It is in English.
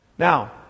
Now